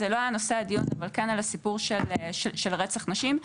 זה לא היה נושא הדיון אבל כן על הסיפור של רצח נשים,